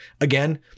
Again